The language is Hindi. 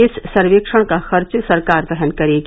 इस सर्वेक्षण का खर्च सरकार वहन करेगी